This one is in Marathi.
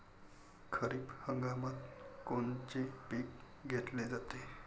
खरिप हंगामात कोनचे पिकं घेतले जाते?